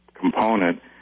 component